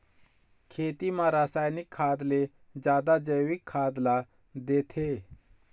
खेती म रसायनिक खाद ले जादा जैविक खाद ला देथे